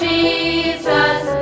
Jesus